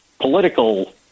political